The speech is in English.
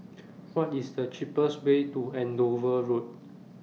What IS The cheapest Way to Andover Road